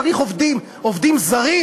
צריך עובדים זרים?